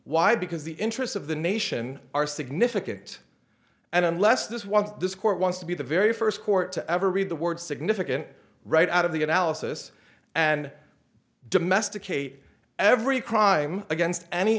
why because the interests of the nation are significant and unless this was this court wants to be the very first court to ever read the word significant right out of that alice's and domesticate every crime against any